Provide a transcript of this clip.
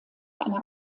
eine